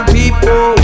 people